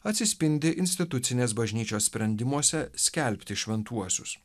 atsispindi institucinės bažnyčios sprendimuose skelbti šventuosius